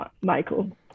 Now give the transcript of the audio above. Michael